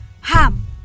ham